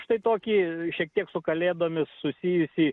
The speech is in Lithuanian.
štai tokį šiek tiek su kalėdomis susijusį